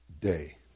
day